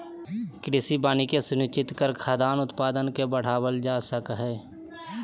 कृषि वानिकी के सुनिश्चित करके खाद्यान उत्पादन के बढ़ावल जा सक हई